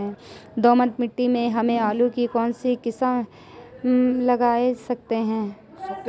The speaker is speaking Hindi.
दोमट मिट्टी में हम आलू की कौन सी किस्म लगा सकते हैं?